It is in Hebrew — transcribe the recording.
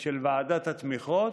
של ועדת התמיכות,